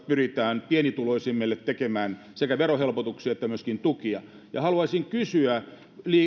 pyritään pienituloisimmille tekemään sekä verohelpotuksia että tukia haluaisin kysyä